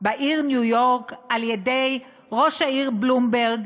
בעיר ניו-יורק על-ידי ראש העיר בלומברג,